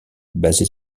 basé